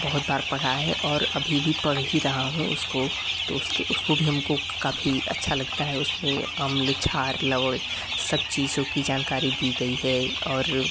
बहुत बार पढ़ा है और अभी भी पढ़ ही रहा हूँ उसको तो उसके उसको भी हमको काफी अच्छा लगता है उसमें अम्ल क्षार लवण सब चीज़ों की जानकारी दी गई है और